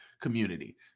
community